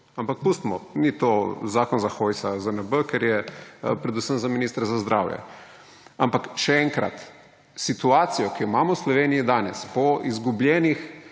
Ampak pustimo. Ni ZNB za Hojsa, ker je predvsem za ministra za zdravje. Ampak še enkrat, za situacijo, ki jo imamo v Sloveniji danes, po izgubljenih